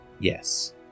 yes